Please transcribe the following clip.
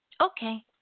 Okay